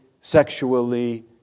sexually